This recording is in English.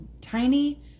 tiny